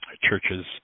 churches